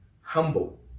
humble